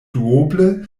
duoble